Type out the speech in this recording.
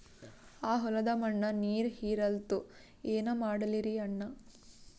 ಆ ಹೊಲದ ಮಣ್ಣ ನೀರ್ ಹೀರಲ್ತು, ಏನ ಮಾಡಲಿರಿ ಅಣ್ಣಾ?